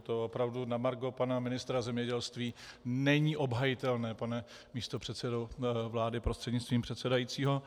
To opravdu na margo pana ministra zemědělství není obhajitelné, pane místopředsedo vlády prostřednictvím předsedajícího.